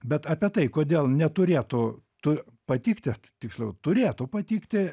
bet apie tai kodėl neturėtų tu patikti tiksliau turėtų patikti